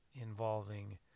involving